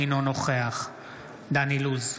אינו נוכח דן אילוז,